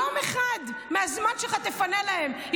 יום אחד מהזמן שלך תפנה להן.